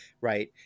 Right